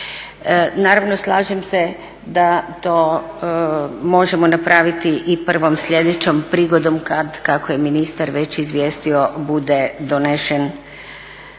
Naravno slažem se da to možemo napraviti i prvom sljedećom prigodom kad kako je ministar već izvijestio bude donesen